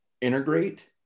integrate